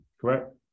correct